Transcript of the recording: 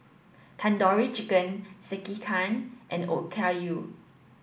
Tandoori Chicken Sekihan and Okayu